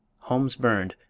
homes burned,